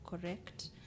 correct